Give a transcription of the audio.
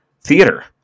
theater